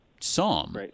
psalm